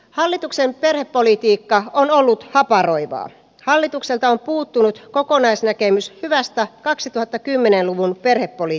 hallituksen perhepolitiikka on ollut haparoivaa hallitukselta on puuttunut kokonaisnäkemys keväästä kaksituhattakymmenen luvun perhe oli